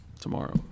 tomorrow